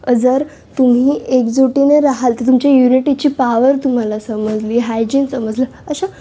जर तुम्ही एकजुटीने रहाल तर तुमची युनिटीची पावर तुम्हाला समजली हायजिन समजलं अशा